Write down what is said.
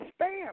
spam